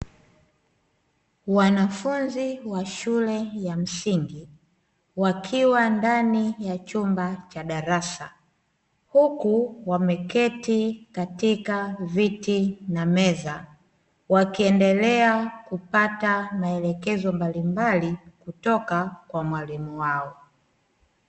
wanafunzi wa shule ya msingi wakiwa ndani ya chumba cha darasa, huku wameketi katika viti na meza wakiendelea kupata maelekezo mbalimbali kutoka kwa mwalimu wao.